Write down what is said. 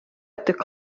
tik